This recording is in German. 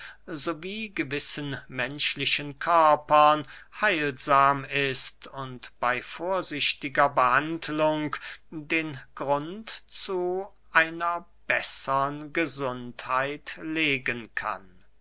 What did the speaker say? wie gewissen menschlichen körpern heilsam ist und bey vorsichtiger behandlung den grund zu einer bessern gesundheit legen kann